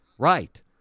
Right